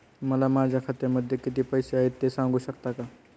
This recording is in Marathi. मला माझ्या खात्यामध्ये किती पैसे आहेत ते सांगू शकता का?